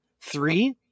Three